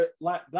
Black